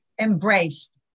embraced